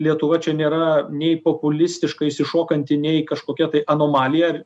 lietuva čia nėra nei populistiškai išsišokanti nei kažkokia tai anomalija ar